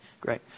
great